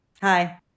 Hi